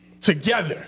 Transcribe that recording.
together